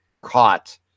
caught